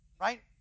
Right